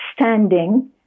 standing